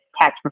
tax